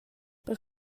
per